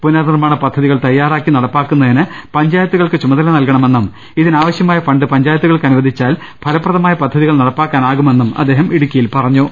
പുനർ നിർമ്മാണ പദ്ധ തികൾ തയ്യാറാക്കി നടപ്പാക്കുന്നതിന് പഞ്ചായത്തുകൾക്ക് ചുമതല നൽകണമെന്നും ഇതിനാവശ്യമായ ഫണ്ട് പഞ്ചാ യത്തുകൾക്ക് അനുവദിച്ചാൽ ഫലപ്രദമായ പൃദ്ധതികൾ നട പ്പാക്കാനാകുമെന്നും അദ്ദേഹം ഇടുക്കിയിൽ പറഞ്ഞു